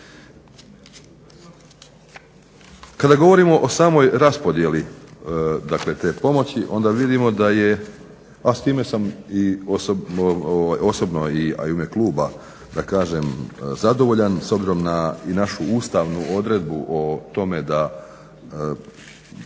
Kada govorimo o samoj raspodjeli, dakle te pomoći onda vidimo da je, a s time sam i osobno a i u ime kluba da kažem zadovoljan s obzirom na i našu ustavnu odredbu o tome da